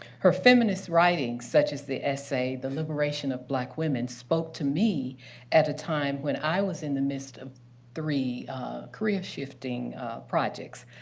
her feminist writings, such as the essay, the liberation of black women, spoke to me at a time when i was in the midst of three career-shifting projects.